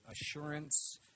assurance